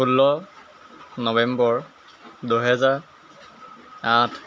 ষোল্ল নৱেম্বৰ দুহেজাৰ আঠ